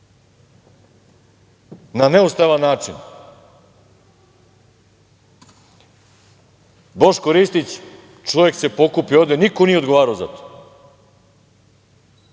na neustavan način. Boško Ristić, čovek se pokupi i ode. Niko nije odgovarao za to. Mi